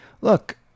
look